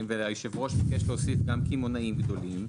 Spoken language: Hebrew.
והיושב-ראש ביקש להוסיף גם קמעונאים גדולים,